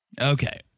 Okay